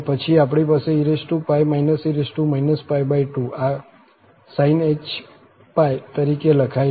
અને પછી આપણી પાસે e e n2 આ sinh⁡ તરીકે લખાયેલું છે